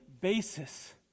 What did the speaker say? basis